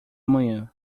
manhã